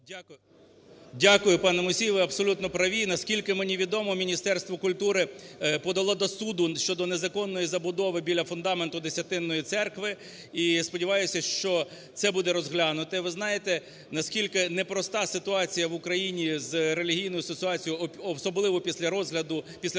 Дякую, пане Мусій. Ви абсолютно праві. Наскільки мені відомо, Міністерство культури подало до суду щодо незаконної забудови біля фундаменту Десятинної церкви. І сподіваюся, що це буде розглянуте. Ви знаєте, наскільки непроста ситуація в Україні з релігійною ситуацією, особливо після початку